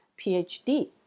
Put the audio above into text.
PhD